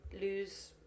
lose